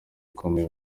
ukomeye